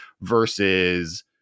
versus